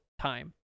time